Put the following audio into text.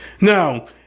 Now